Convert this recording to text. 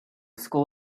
school